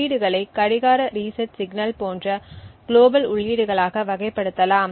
உள்ளீடுகளை கடிகார reset signal போன்ற குளோபல் உள்ளீடுகளாக வகைப்படுத்தலாம்